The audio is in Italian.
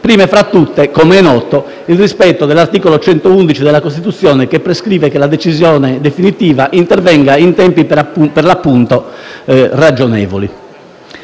prime fra tutte, com'è noto, il rispetto dell'articolo 111 della Costituzione che prescrive che la decisione definitiva intervenga in tempi, per l'appunto, ragionevoli.